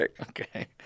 Okay